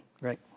right